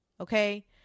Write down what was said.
Okay